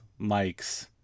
mics